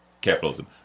Capitalism